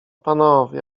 panowie